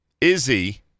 Izzy